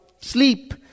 sleep